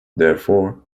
therefore